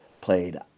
played